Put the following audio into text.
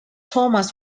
thomas